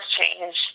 change